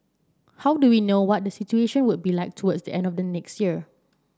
how do we know what the situation will be like towards the end of next year